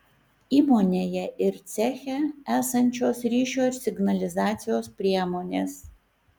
įmonėje ir ceche esančios ryšio ir signalizacijos priemonės